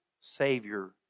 Savior